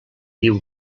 diu